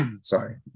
Sorry